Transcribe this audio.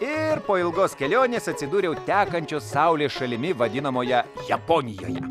ir po ilgos kelionės atsidūriau tekančios saulės šalimi vadinamoje japonijoje